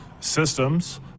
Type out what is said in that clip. systems